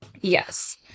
Yes